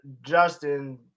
Justin